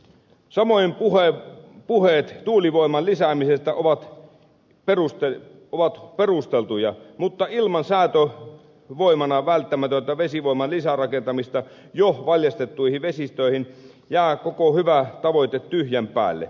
samoin puheet tuulivoiman lisäämisestä ovat perusteltuja mutta ilman säätövoimana välttämätöntä vesivoiman lisärakentamista jo valjastettuihin vesistöihin jää koko hyvä tavoite tyhjän päälle